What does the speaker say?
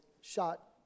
shot